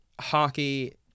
hockey